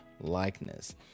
likeness